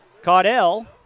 Caudell